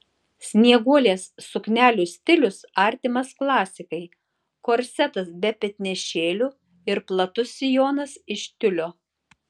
snieguolės suknelių stilius artimas klasikai korsetas be petnešėlių ir platus sijonas iš tiulio